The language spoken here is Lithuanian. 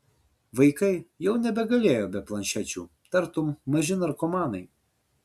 vaikai jau nebegalėjo be planšečių tartum maži narkomanai